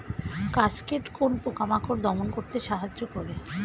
Cascade কোন পোকা মাকড় দমন করতে সাহায্য করে?